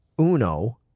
Uno